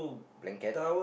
blanket